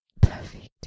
perfect